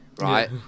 right